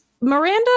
Miranda